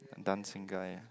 dancing guy